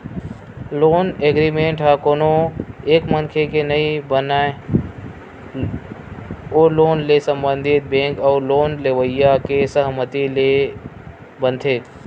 loan agreement ह कोनो एक मनखे के नइ बनय ओ लोन ले संबंधित बेंक अउ लोन लेवइया के सहमति ले बनथे